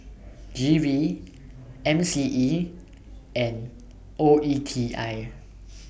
G V M C E and O E T I